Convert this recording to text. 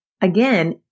again